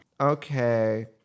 Okay